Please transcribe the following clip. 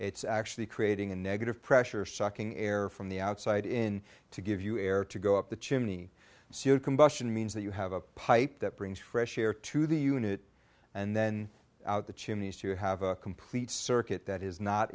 it's actually creating a negative pressure sucking air from the outside in to give you air to go up the chimney suit combustion means that you have a pipe that brings fresh air to the unit and then out the chimneys to have a complete circuit that is not